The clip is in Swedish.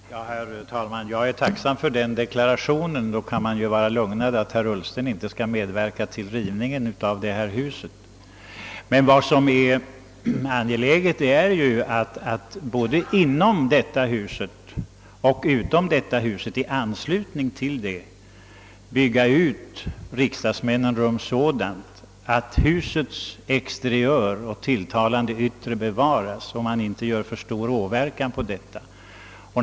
Herr talman! Jag är tacksam för herr Ullstens deklaration, ty nu kan man vara lugn för att han inte skall medverka till en rivning av det här huset. Det angelägna är emellertid att både inom och i anslutning till detta hus bygga rum för riksdagsmännen så, att husets tilltalande yttre bevaras och inte för stor åverkan göres.